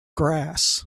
grass